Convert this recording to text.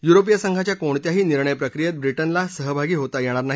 युरोपीय संघाच्या कोणत्याही निर्णय प्रक्रियेत ब्रिटनला सहभागी होता येणार नाही